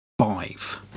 five